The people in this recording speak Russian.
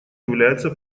является